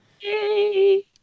Yay